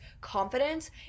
confidence